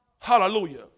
Hallelujah